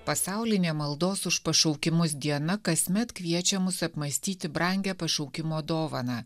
pasaulinė maldos už pašaukimus diena kasmet kviečia mus apmąstyti brangią pašaukimo dovaną